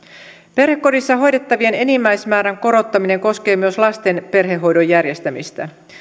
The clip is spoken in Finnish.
perhekodissa hoidettavien enimmäismäärän korottaminen koskee myös lasten perhehoidon järjestämistä